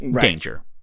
danger